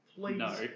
Please